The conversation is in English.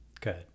Good